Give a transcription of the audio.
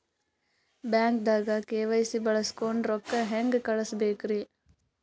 ಬ್ಯಾಂಕ್ದಾಗ ಕೆ.ವೈ.ಸಿ ಬಳಸ್ಕೊಂಡ್ ರೊಕ್ಕ ಹೆಂಗ್ ಕಳಸ್ ಬೇಕ್ರಿ?